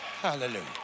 hallelujah